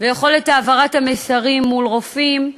ויכולת העברת המסרים מול רופאים,